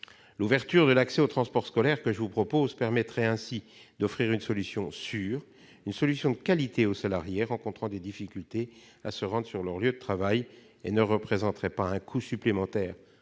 L'ouverture de l'accès aux transports scolaires permettrait d'offrir une solution sûre et de qualité aux salariés rencontrant des difficultés pour se rendre sur leur lieu de travail, et ne représenterait pas un coût supplémentaire